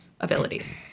abilities